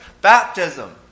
baptism